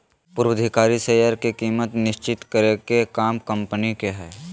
पूर्वधिकारी शेयर के कीमत निश्चित करे के काम कम्पनी के हय